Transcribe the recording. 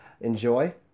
enjoy